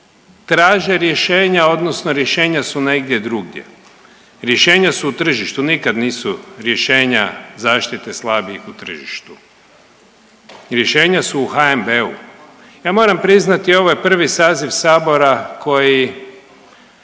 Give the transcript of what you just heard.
traže rješenja odnosno rješenja su negdje drugdje, rješenja su u tržištu, nikad nisu rješenja zaštite slabijih u tržištu. Rješenja su u HNB-u. Ja moram priznati ovo je prvi saziv sabora koji